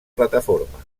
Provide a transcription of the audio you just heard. plataforma